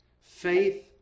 Faith